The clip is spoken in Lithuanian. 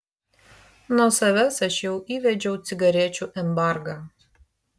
nuo savęs aš jau įvedžiau cigarečių embargą